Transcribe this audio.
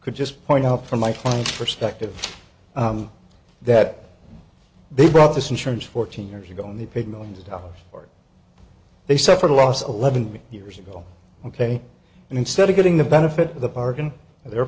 could just point out from my client's perspective that they brought this insurance fourteen years ago on the pig millions of dollars or they suffered a loss eleven years ago ok and instead of getting the benefit of the bargain their